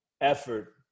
effort